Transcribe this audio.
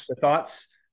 thoughts